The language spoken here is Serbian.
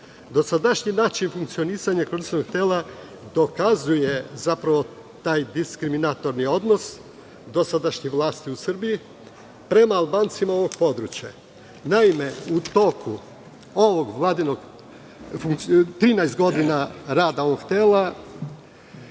Dosadašnji način funkcionisanja koordinacionog tela dokazuje zapravo taj diskriminatorni odnos dosadašnje vlasti u Srbiji prema Albancima ovog područja. Naime, u toku 13 godina rada ovog tela,